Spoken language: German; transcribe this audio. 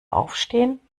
aufstehen